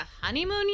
honeymoon